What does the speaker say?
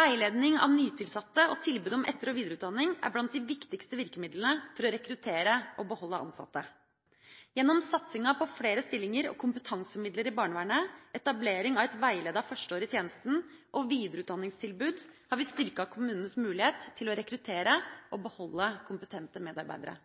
Veiledning av nytilsatte og tilbud om etter- og videreutdanning er blant de viktigste virkemidlene for å rekruttere og beholde ansatte. Gjennom satsinga på flere stillinger og kompetansemidler i barnevernet, etablering av et veiledet førsteår i tjenesten og videreutdanningstilbud har vi styrket kommunenes mulighet til å rekruttere og beholde kompetente medarbeidere.